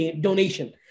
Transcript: donation